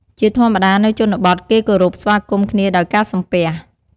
ជាធម្មតានៅជនបទ គេគោរព ស្វាគមន៍គ្នាដោយការសំពះ។